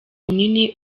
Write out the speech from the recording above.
munini